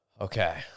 Okay